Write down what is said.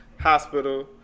hospital